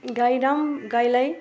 गाईराम गाईलाई